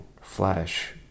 Flash